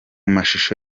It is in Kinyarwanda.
mashusho